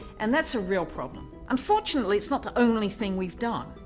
and that's a real problem. unfortunately, it's not the only thing we've done.